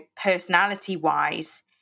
personality-wise